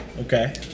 Okay